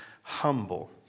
humble